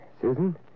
Susan